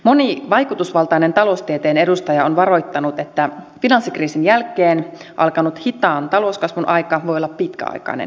moni vaikutusvaltainen taloustieteen edustaja on varoittanut että finanssikriisin jälkeen alkanut hitaan talouskasvun aika voi olla pitkäaikainen ilmiö